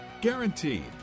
Guaranteed